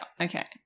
Okay